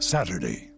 Saturday